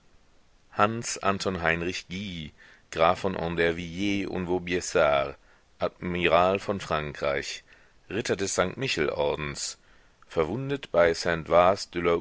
hans anton heinrich guy graf von andervilliers und vaubyessard admiral von frankreich ritter des sankt michel ordens verwundet bei saint